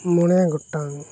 ᱢᱚᱬᱮ ᱜᱚᱴᱟᱝ